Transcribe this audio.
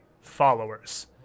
followers